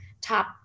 top